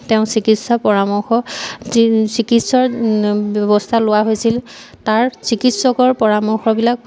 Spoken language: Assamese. তেওঁ চিকিৎসা পৰামৰ্শ চিকিৎসাৰ ব্যৱস্থা লোৱা হৈছিল তাৰ চিকিৎসকৰ পৰামৰ্শবিলাক